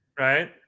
Right